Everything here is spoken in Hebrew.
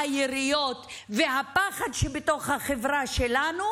היריות והפחד שבתוך החברה שלנו,